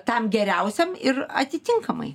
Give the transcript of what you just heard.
tam geriausiam ir atitinkamai